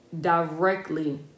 directly